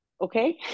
okay